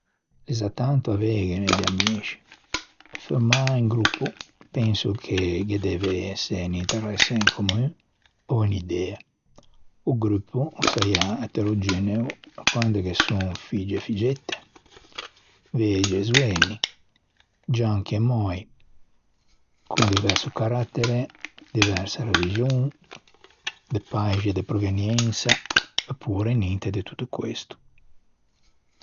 L'é za tanto aveighene di amixi. Pe formâ un gruppo, penso che ghe deve ëse un interesse in commun ò unn'idea. O gruppo o siaiâ eterogeneo quande ghe son figgi e figgette, vegi e zoeni, gianchi e moi, con diverso carattere, diversa religion, de paixi de proveniensa opure ninte de tutto questo.